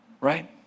right